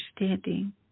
understanding